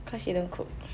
cause you don't cook